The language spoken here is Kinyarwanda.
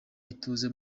utuze